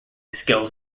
skills